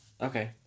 Okay